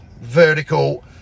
vertical